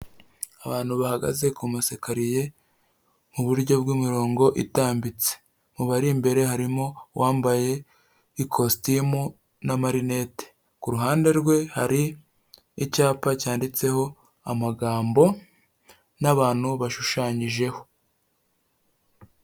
Abantu bahagaze ku masikariye mu buryo bw'imirongo itambitse mu bari imbere harimo uwambaye ikositimu na marinete ku ruhande rwe hari icyapa cyanditseho amagambo n'abantu bashushanyijeho.